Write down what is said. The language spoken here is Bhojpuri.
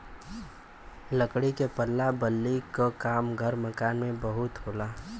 लकड़ी के पल्ला बल्ली क काम घर मकान में बहुत होला